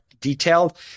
detailed